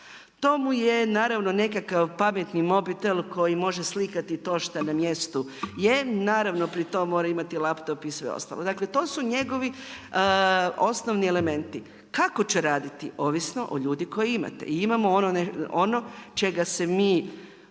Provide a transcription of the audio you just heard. to mu je naravno nekakav pametni mobitel koji može slikati to što na mjestu je. Naravno pri tom mora imati laptop i sve ostalo, dakle to su njegovi osnovni elementi. Kako će raditi, ovisno o ljudi koje imate. Imamo ono čega se mi